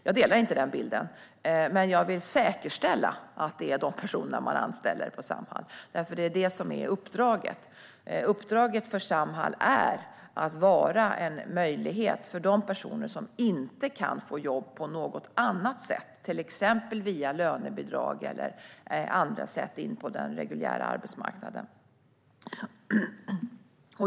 Jag delar inte den bilden, men jag vill säkerställa att det är de personerna man anställer på Samhall eftersom det är uppdraget. Uppdraget för Samhall är att vara en möjlighet för de personer som inte kan få jobb på något annat sätt, till exempel via lönebidrag eller genom att på andra sätt komma in på den reguljära arbetsmarknaden.